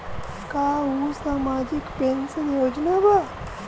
का उ सामाजिक पेंशन योजना बा?